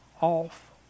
off